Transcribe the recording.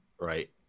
right